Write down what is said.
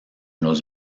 los